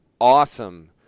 awesome